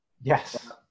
Yes